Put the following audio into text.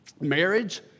marriage